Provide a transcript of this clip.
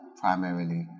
primarily